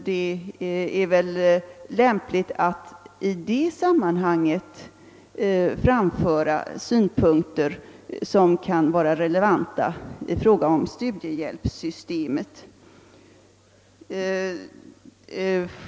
Det är väl lämpligt att i det sammanhanget framföra synpunkter som kan vara relevanta i fråga om studiehjälpssystemet.